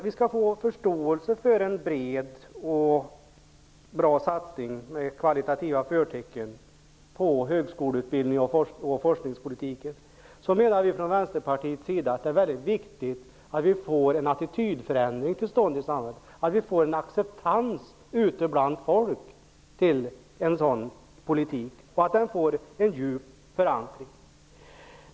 Vi från Vänsterpartiets sida menar dock att det är viktigt att det blir en attitydförändring om vi skall få någon förståelse för en bred och bra satsning med kvalitativa förtecken på högskoleutbildning och forskning. Det måste bli en acceptans ute bland folk för en sådan politik, och den måste få en djup förankring.